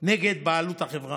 נגד בעלות החברה.